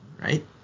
right